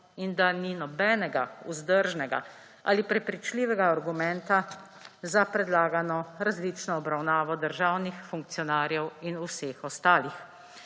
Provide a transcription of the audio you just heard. in da ni nobenega vzdržnega ali prepričljivega argumenta za predlagano različno obravnavo državnih funkcionarjev in vseh ostalih.